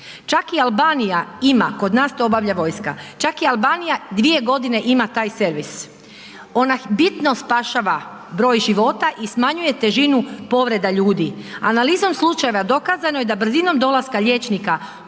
Čak i Albanija ima, kod nas to obavlja vojska, čak i Albanija 2 godine ima taj servis. Ona bitno spašava broj života i smanjuje težinu povreda ljudi. Analizom slučajeva dokazano je da brzinom dolaska liječnika